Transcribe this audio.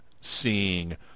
seeing